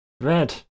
Red